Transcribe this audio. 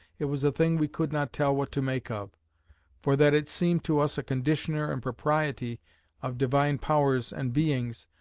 it was a thing we could not tell what to make of for that it seemed to us a conditioner and propriety of divine powers and beings,